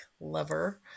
lover